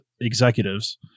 executives